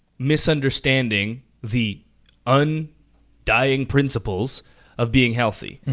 misunderstanding the and undying principles of being healthy.